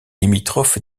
limitrophe